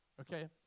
Okay